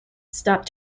stopped